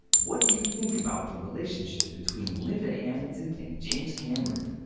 what do you think about the relationship between linda hamilton and james cameron?